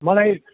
मलाई